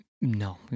No